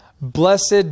Blessed